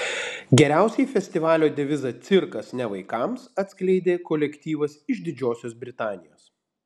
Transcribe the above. geriausiai festivalio devizą cirkas ne vaikams atskleidė kolektyvas iš didžiosios britanijos